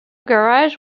garage